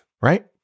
right